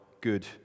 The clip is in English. good